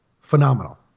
Phenomenal